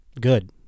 Good